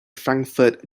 frankfurt